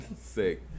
Sick